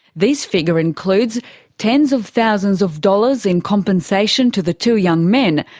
this figure includes tens of thousands of dollars in compensation to the two young men,